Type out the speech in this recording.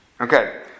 Okay